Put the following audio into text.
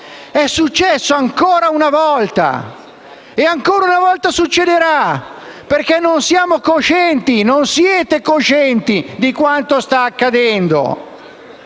È successo ancora una volta, e ancora una volta succederà, perché non siamo coscienti, non siete coscienti di quanto sta accedendo,